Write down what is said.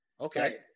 Okay